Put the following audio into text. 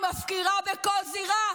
היא מפקירה בכל זירה.